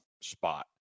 spot